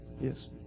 Yes